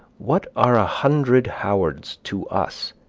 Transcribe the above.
what are a hundred howards to us,